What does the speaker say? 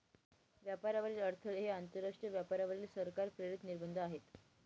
व्यापारातील अडथळे हे आंतरराष्ट्रीय व्यापारावरील सरकार प्रेरित निर्बंध आहेत